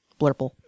Blurple